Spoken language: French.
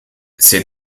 ses